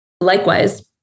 Likewise